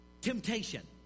temptation